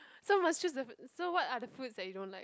so must choose the f~ so what are the fruits that you don't like